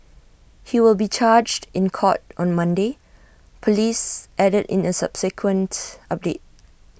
he will be charged in court on Monday Police added in A subsequent update